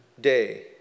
day